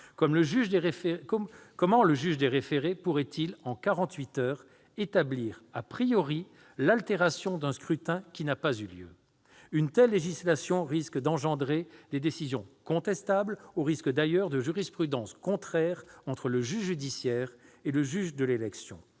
Comment le juge des référés pourrait-il, en quarante-huit heures, établir l'altération d'un scrutin qui n'a pas eu lieu ? Une telle législation risque d'engendrer des décisions contestables, au risque, d'ailleurs, de jurisprudences contraires entre le juge judiciaire et le juge de l'élection,